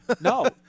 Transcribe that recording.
No